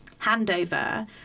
handover